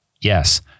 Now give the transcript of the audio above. Yes